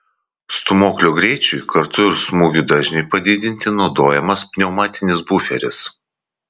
stūmoklio greičiui kartu ir smūgių dažniui padidinti naudojamas pneumatinis buferis